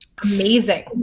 Amazing